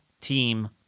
team